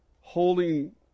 holding